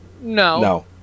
No